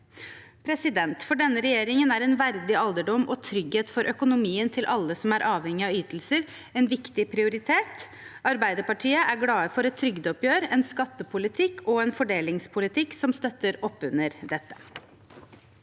for 2023. For denne regjeringen er en verdig alderdom og trygghet for økonomien til alle som er avhengig av ytelser, en viktig prioritet. Arbeiderpartiet er glad for et trygdeoppgjør, en skattepolitikk og en fordelingspolitikk som støtter opp under dette.